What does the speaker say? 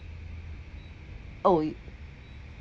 oh